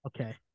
okay